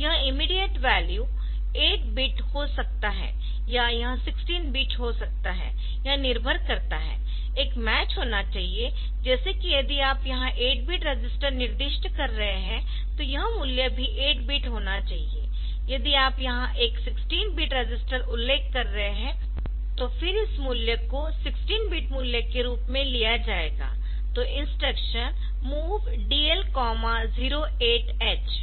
यह immediate value 8 bit हो सकता है या यह 16 बिट हो सकता है यह निर्भर करता है एक मैच होना चाहिए जैसे कि यदि आप यहां 8 बिट रजिस्टर निर्दिष्ट कर रहे है तो यह मूल्य भी 8 बिट होना चाहिए यदि आप यहां एक 16 बिट रजिस्टर उल्लेख कर रहे है तो फिर इस मूल्य को 16 बिट मूल्य के रूप में लिया जाएगा तो इंस्ट्रक्शन MOV DL 08 H